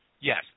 Yes